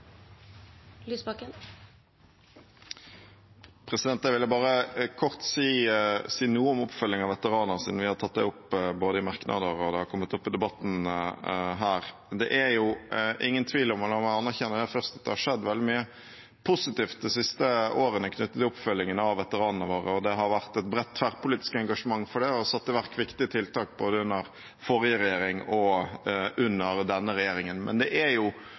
Jeg vil bare kort si noe om oppfølgingen av veteraner, siden vi har tatt det opp i merknader, og siden det har kommet opp i debatten her. Det er ingen tvil om – og la meg anerkjenne det først – at det har skjedd veldig mye positivt de siste årene knyttet til oppfølgingen av veteranene våre. Det har vært et bredt, tverrpolitisk engasjement for det, og det har vært satt i verk viktige tiltak både under forrige regjering og under denne regjeringen. Men det er